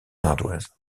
ardoise